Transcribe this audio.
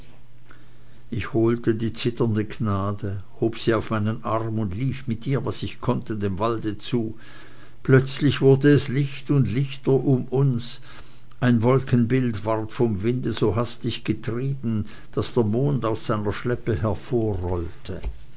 ich die zitternde gnade hob sie auf meinen arm und lief mit ihr was ich konnte dem walde zu plötzlich wurde es licht und lichter um uns ein wolkenbild ward vom winde so hastig getrieben daß der mond aus seiner